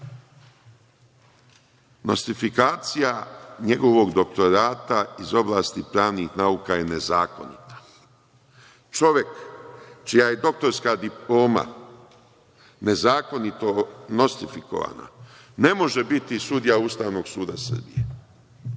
Nostrifikacija njegovog doktorata iz oblasti pravnih nauka je nezakonita. Čovek čija je doktorska diploma nezakonito nostrifikovana ne može biti sudija Ustavnog suda Srbije.